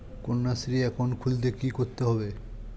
Kanyashree account খুলতে কী করতে হবে?